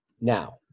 now